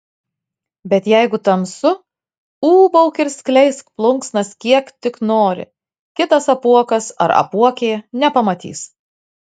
bet jeigu tamsu ūbauk ir skleisk plunksnas kiek tik nori kitas apuokas ar apuokė nepamatys